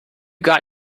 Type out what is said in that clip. got